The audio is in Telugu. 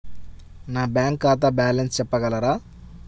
నా బ్యాంక్ ఖాతా బ్యాలెన్స్ చెప్పగలరా?